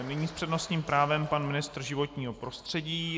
Nyní s přednostním právem pan ministr životního prostředí.